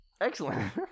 excellent